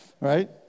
right